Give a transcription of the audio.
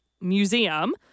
museum